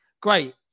great